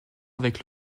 avec